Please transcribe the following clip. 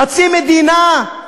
חצי מדינה,